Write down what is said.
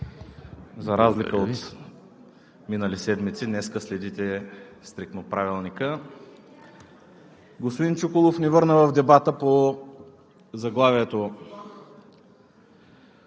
За разлика от минали седмици днес следите стриктно Правилника. Господин Чуколов ни върна в дебата по заглавието.